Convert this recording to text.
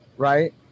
right